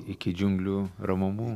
iki džiunglių ramumų